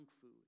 food